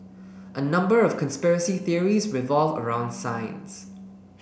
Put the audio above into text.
a number of conspiracy theories revolve around science